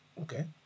Okay